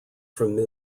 from